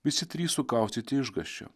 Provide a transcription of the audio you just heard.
visi trys sukaustyti išgąsčio